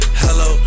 Hello